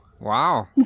Wow